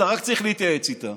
אתה רק צריך להתייעץ איתם,